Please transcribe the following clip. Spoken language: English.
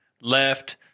left